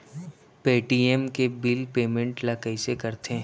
Paytm के bill payment ल कइसे करथे?